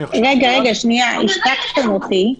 רגע, ניתקתם אותי.